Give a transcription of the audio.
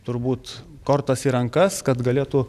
turbūt kortas į rankas kad galėtų